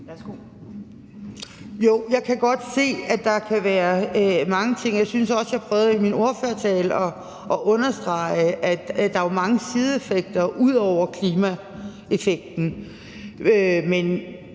(S): Jo, jeg kan godt se, at der kan være mange ting i det. Jeg synes også, jeg i min ordførertale prøvede at understrege, at der jo er mange sideeffekter ud over klimaeffekten.